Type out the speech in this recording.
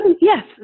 Yes